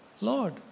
Lord